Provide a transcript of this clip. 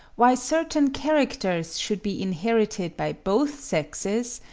why certain characters should be inherited by both sexes,